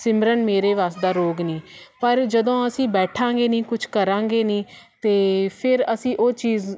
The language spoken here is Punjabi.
ਸਿਮਰਨ ਮੇਰੇ ਵੱਸ ਦਾ ਰੋਗ ਨਹੀਂ ਪਰ ਜਦੋਂ ਅਸੀਂ ਬੈਠਾਂਗੇ ਨਹੀਂ ਕੁਝ ਕਰਾਂਗੇ ਨਹੀਂ ਅਤੇ ਫਿਰ ਅਸੀਂ ਉਹ ਚੀਜ਼